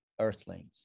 Earthlings